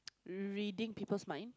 reading people's mind